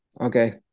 okay